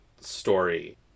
story